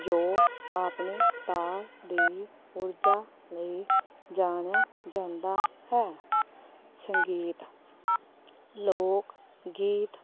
ਜੋ ਆਪਣੀ ਤਾਲ ਦੀ ਊਰਜਾ ਲਈ ਜਾਣਿਆ ਜਾਂਦਾ ਹੈ ਸੰਗੀਤ ਲੋਕ ਗੀਤ